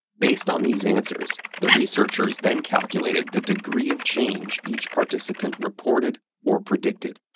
based on these answers, the researchers then calculated the degree of change each participant reported or predicted.